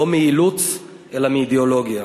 לא מאילוץ אלא מאידיאולוגיה.